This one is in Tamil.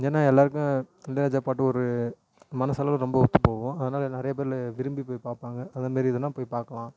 ஏன்னால் எல்லோருக்கும் இளையராஜா பாட்டு ஒரு மனசளவு ரொம்ப ஒத்துப்போகும் அதனால நிறையபேருலு விரும்பிப் போய் பார்ப்பாங்க அந்த மாரி இதுனா போய் பார்க்கலாம்